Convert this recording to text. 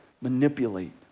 manipulate